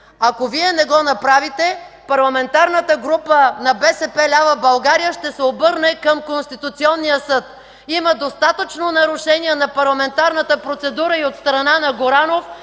Ако Вие не го направите, Парламентарната група на „БСП лява България” ще се обърне към Конституционния съд. Има достатъчно нарушения на парламентарната процедура и от страна на Горанов,